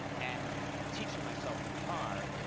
and teaching myself the guitar,